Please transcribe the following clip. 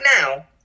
now